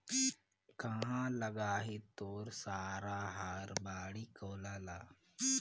काँहा लगाही तोर सारा हर बाड़ी कोला ल